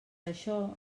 això